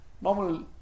normal